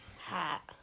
hat